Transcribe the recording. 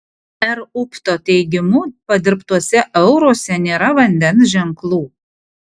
r upto teigimu padirbtuose euruose nėra vandens ženklų